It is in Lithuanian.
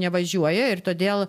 nevažiuoja ir todėl